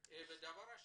דבר שני,